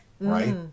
right